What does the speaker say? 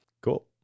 cool